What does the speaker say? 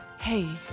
Hey